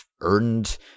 earned